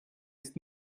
ist